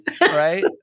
Right